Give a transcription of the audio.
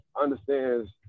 understands